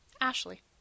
Ashley